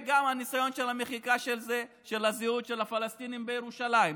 הניסיון של המחיקה של הזהות של הפלסטינים בירושלים,